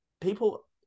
people